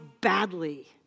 badly